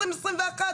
2021?